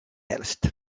helst